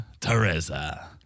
Teresa